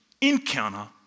encounter